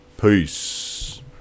Peace